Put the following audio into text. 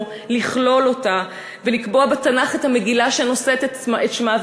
לכלול אותה ולקבוע בתנ"ך את המגילה שנושאת את שמה,